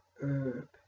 herb